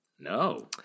No